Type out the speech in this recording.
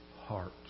heart